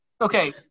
Okay